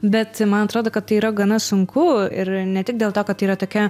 bet man atrodo kad tai yra gana sunku ir ne tik dėl to kad tai yra tokia